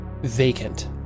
vacant